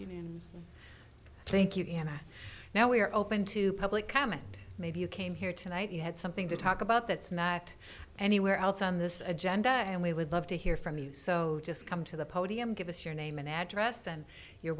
yes thank you and now we are open to public comment maybe you came here tonight you had something to talk about that's not anywhere else on this agenda and we would love to hear from you so just come to the podium give us your name and address and you're